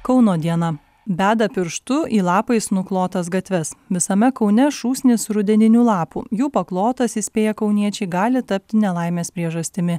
kauno diena beda pirštu į lapais nuklotas gatves visame kaune šūsnys rudeninių lapų jų paklotas įspėja kauniečiai gali tapti nelaimės priežastimi